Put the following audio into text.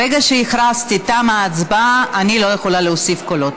ברגע שהכרזתי שתמה ההצבעה אני לא יכולה להוסיף קולות.